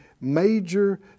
major